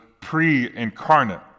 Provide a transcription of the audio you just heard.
pre-incarnate